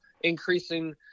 increasing